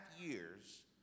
years